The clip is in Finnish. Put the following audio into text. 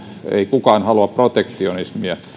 ei kukaan halua protektionismia